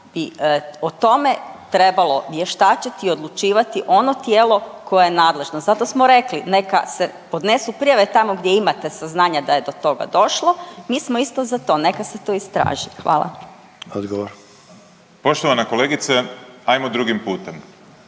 o tome trebalo vještačiti i odlučivati ono tijelo koje je nadležno. Zato smo rekli neka se podnesu prijave tamo gdje imate saznanja da je do toga došlo. Mi smo isto za to, neka se to istraži. Hvala. **Sanader, Ante